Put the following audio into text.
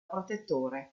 protettore